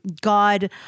God